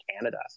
Canada